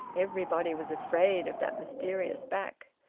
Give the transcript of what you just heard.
everybody was afraid of that mysterious back.